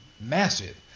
massive